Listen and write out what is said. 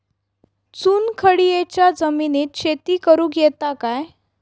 चुनखडीयेच्या जमिनीत शेती करुक येता काय?